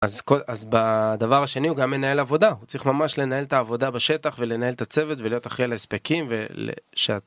אז כל אז בדבר השני הוא גם מנהל עבודה צריך ממש לנהל את העבודה בשטח ולנהל את הצוות ולהיות אחראי על ההספקים ולשעת.